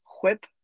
whip